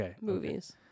movies